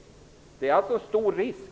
Det är en stor risk.